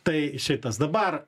tai šitas dabar